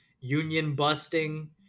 union-busting